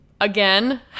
again